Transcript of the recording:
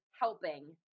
helping